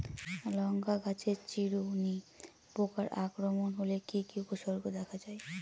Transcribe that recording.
লঙ্কা গাছের চিরুনি পোকার আক্রমণ হলে কি কি উপসর্গ দেখা যায়?